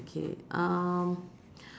okay um